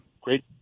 Great